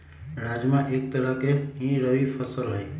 राजमा एक तरह के ही रबी फसल हई